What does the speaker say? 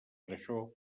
això